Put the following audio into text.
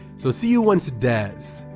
so see you once it does!